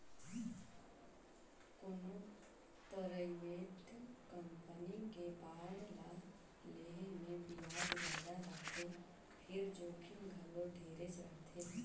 कोनो private company के bond ल लेहे मे बियाज जादा रथे फिर जोखिम घलो ढेरेच रथे